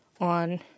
on